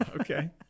okay